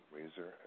Razor